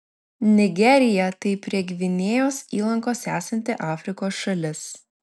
nigerija tai prie gvinėjos įlankos esanti afrikos šalis